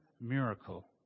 miracle